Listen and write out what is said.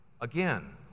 Again